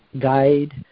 guide